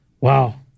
Wow